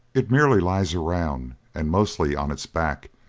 it merely lies around, and mostly on its back,